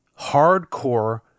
hardcore